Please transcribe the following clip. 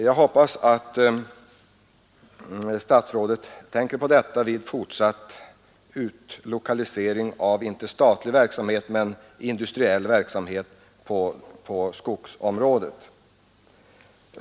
Jag hoppas att statsrådet tänker på detta vid etablering av industriell verksamhet på skogsområdet.